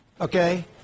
Okay